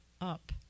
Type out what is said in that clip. up